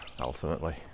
ultimately